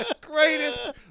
greatest